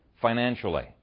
financially